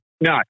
No